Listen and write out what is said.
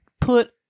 put